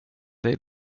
dig